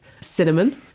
Cinnamon